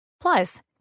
Plus